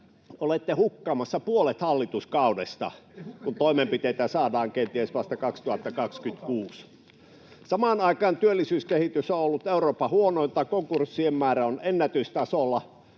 Olette hukkaamassa puolet hallituskaudesta, kun toimenpiteitä saadaan kenties vasta 2026. Samaan aikaan työllisyyskehitys on ollut Euroopan huonointa, konkurssien määrä on ennätystasolla.